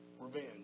revenge